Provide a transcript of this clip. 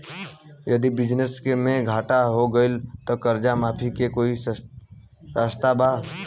यदि बिजनेस मे घाटा हो गएल त कर्जा माफी के कोई रास्ता बा?